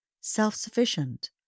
self-sufficient